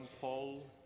Paul